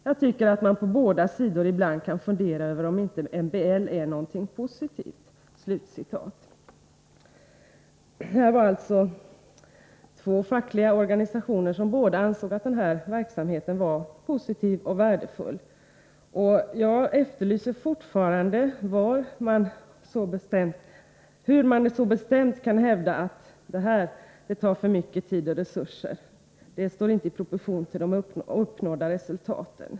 Jag tycker att man på båda sidor ibland kan fundera över om inte MBL är någonting positivt.” Här var det alltså två fackliga organisationer som båda ansåg att denna verksamhet var positiv och värdefull. Jag efterlyser fortfarande ett svar på frågan hur man så bestämt kan hävda att det här tar för mycket tid och resurser, att det inte står i proportion till de uppnådda resultaten.